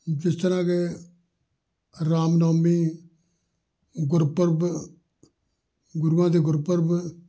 ਜਿਸ ਤਰ੍ਹਾਂ ਕਿ ਰਾਮ ਨੌਮੀ ਗੁਰਪੁਰਬ ਗੁਰੂਆਂ ਦੇ ਗੁਰਪੁਰਬ